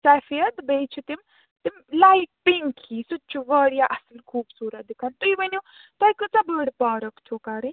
سفید تہٕ بیٚیہِ چھِ تِم تِم لایٹ پِنٛک ہی سُہ تہِ چھُ واریاہ اصٕل خوٗبصوٗرت دِکھَن تُہۍ ؤنِو تۄہہِ کۭژاہ بٔڑ پارَک چھُو کَڑٕنۍ